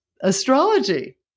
Astrology